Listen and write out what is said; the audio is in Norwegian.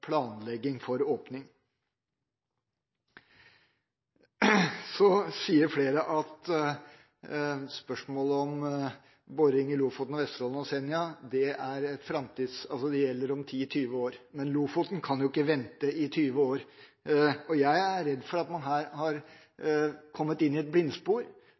planlegging for åpning. Så sier flere at spørsmålet om boring i Lofoten, Vesterålen og Senja gjelder om 10–20 år. Men Lofoten kan jo ikke vente i 20 år. Jeg er redd for at man her har kommet inn på et blindspor